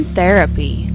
Therapy